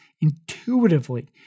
intuitively